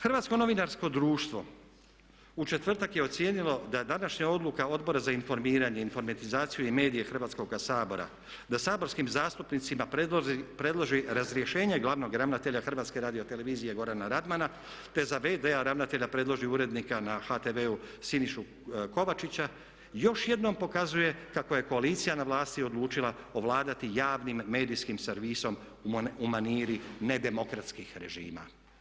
Hrvatsko novinarsko društvo u četvrtak je ocijenilo da današnja odluka Odbora za informiranje, informatizaciju i medije Hrvatskoga sabora da saborskim zastupnicima predloži razrješenje glavnog ravnatelja HRT-a Gorana Radmana te za v.d.-a ravnatelja predloži urednika na HTV-u Sinišu Kovačića, još jednom pokazuje kako je koalicija na vlasti odlučila ovladati javnim medijskim servisom u maniri nedemokratskih režima.